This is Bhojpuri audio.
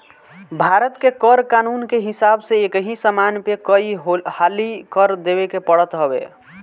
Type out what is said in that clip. भारत के कर कानून के हिसाब से एकही समान पे कई हाली कर देवे के पड़त हवे